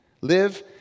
Live